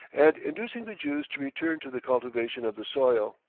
and inducing the jews to return to the cultivation of the soil.